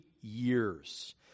Years